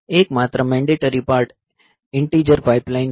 એકમાત્ર mandatory part integer pipeline છે